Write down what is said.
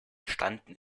entstanden